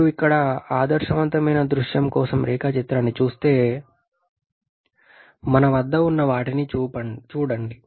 మీరు ఇక్కడ ఆదర్శవంతమైన దృశ్యం కోసం రేఖాచిత్రాన్ని చూస్తే మన వద్ద ఉన్న వాటిని చూడండి